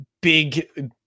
big